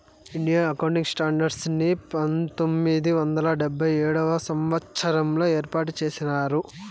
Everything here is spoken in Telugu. ఇండియన్ అకౌంటింగ్ స్టాండర్డ్స్ ని పంతొమ్మిది వందల డెబ్భై ఏడవ సంవచ్చరంలో ఏర్పాటు చేసినారు